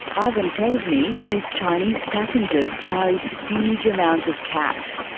arvind tells me his chinese passengers carried huge amounts of cash,